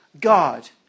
God